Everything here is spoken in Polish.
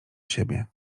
siebie